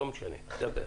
עידו,